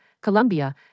Colombia